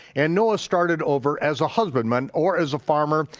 and noah started over as a husbandman, or as a farmer,